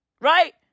Right